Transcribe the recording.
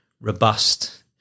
robust